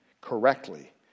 correctly